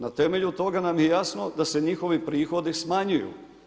Na temelju toga nam je jasno da se njihovi prihodi smanjuju.